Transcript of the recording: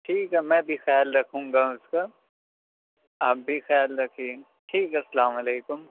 ٹھیک ہے میں بھی خیال رکھوں گا اس کا آپ بھی خیال رکھیے ٹھیک ہے السلام علیکم